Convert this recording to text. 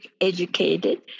educated